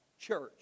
church